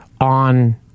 on